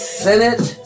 senate